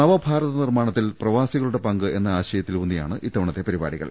നവഭാരത നിർമ്മാണത്തിൽ പ്രവാസികളുടെ പങ്ക് എന്ന ആശയത്തിൽ ഊന്നിയാണ് ഇത്തവണത്തെ പരിപാടികൾ